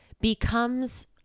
becomes